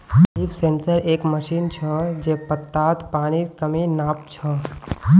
leaf sensor एक machine छ जे पत्तात पानीर कमी नाप छ